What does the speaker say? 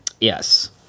Yes